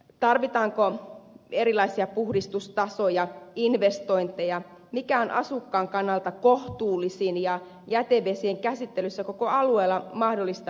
tarvitaanko erilaisia puhdistustasoja investointeja mikä on asukkaan kannalta kohtuullisin ja jätevesien käsittelyn koko alueella mahdollistava järjestelmä